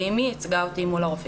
ואמי ייצגה אותי מול הרופאים.